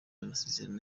amasezerano